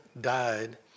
died